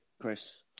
Chris